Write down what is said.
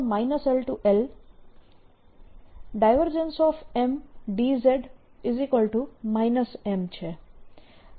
M dz M છે